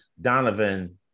Donovan